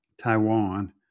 Taiwan